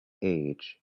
age